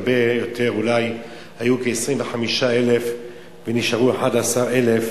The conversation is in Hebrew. היו כ-25,000 ונשארו 11,000,